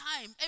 time